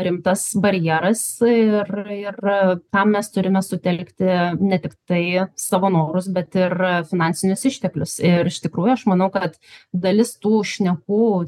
rimtas barjeras ir ir tam mes turime sutelkti ne tiktai savo norus bet ir finansinius išteklius ir iš tikrųjų aš manau kad dalis tų šnekų